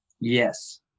yes